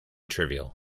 trivial